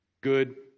good